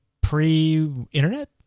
pre-internet